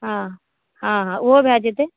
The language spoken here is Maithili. हॅं हॅं हॅं ओहो भय जेतै